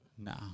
Nah